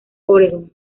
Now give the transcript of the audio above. oregon